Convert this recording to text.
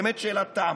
באמת שאלת תם.